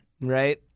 right